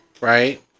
right